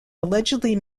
allegedly